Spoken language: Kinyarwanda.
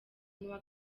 n’uwa